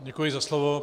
Děkuji za slovo.